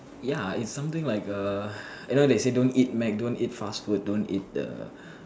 ya it's something like a you know they say don't eat Mac don't eat fast food don't eat the